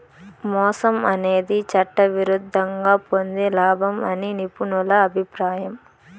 మోసం అనేది చట్టవిరుద్ధంగా పొందే లాభం అని నిపుణుల అభిప్రాయం